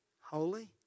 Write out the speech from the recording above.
holy